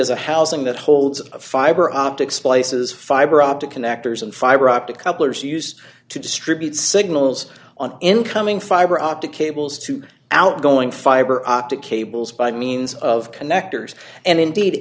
as a housing that holds a fiber optics places fiber optic connectors and fiber optic couplers used to distribute signals on incoming fiber optic cables to outgoing fiber optic cables by means of connectors and indeed